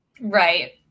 right